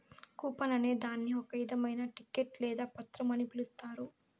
coupon అనే దాన్ని ఒక ఇధమైన టికెట్ లేదా పత్రం అని పిలుత్తారు